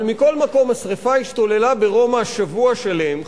אבל מכל מקום, השרפה השתוללה ברומא שבוע שלם,